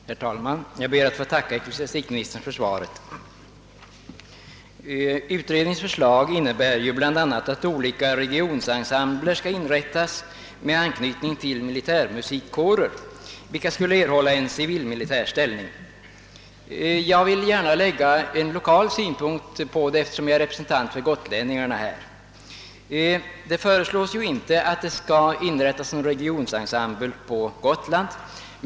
Herr talman! Jag ber att få tacka ecklesiastikministern för svaret. olika regionensembler skall inrättas med anknytning till militärmusikkårer, vilka skulle erhålla en civilmilitär ställning. Jag vill gärna lägga en lokal synpunkt på detta, eftersom jag är representant för gotlänningarna. Det föreslås ju inte att det skall inrättas någon regionensemble på Gotland.